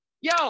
Yo